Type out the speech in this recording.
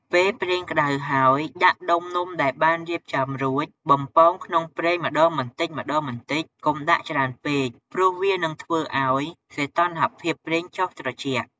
ពេលប្រេងក្ដៅហើយ ដាក់ដុំនំដែលបានរៀបចំរួច បំពងក្នុងប្រេងម្ដងបន្តិចៗ កុំដាក់ច្រើនពេកព្រោះវានឹងធ្វើឱ្យសីតុណ្ហភាពប្រេងចុះត្រជាក់។